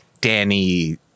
Danny